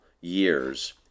years